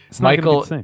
Michael